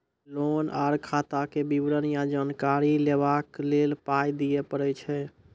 Loan आर खाताक विवरण या जानकारी लेबाक लेल पाय दिये पड़ै छै?